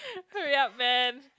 hurry up man